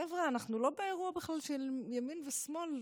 חבר'ה, אנחנו בכלל לא באירוע של ימין ושמאל.